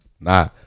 Nah